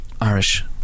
Irish